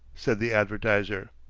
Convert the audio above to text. said the advertiser.